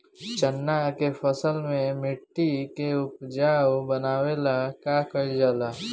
चन्ना के फसल में मिट्टी के उपजाऊ बनावे ला का कइल जाला?